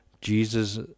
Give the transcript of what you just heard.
Jesus